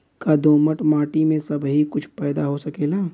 का दोमट माटी में सबही कुछ पैदा हो सकेला?